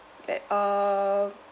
at um